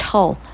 Tall